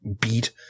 beat